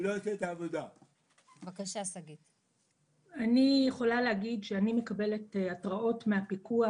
אני יכולה להגיד שאני מקבלת התראות מהפיקוח